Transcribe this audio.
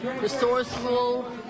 resourceful